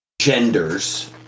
genders